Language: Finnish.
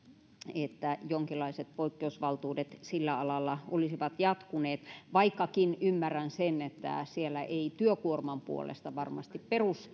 että jonkinlaiset poikkeusvaltuudet sillä alalla olisivat jatkuneet vaikkakin ymmärrän sen että siellä ei työkuorman puolesta varmasti